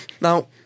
Now